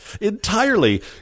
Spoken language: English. entirely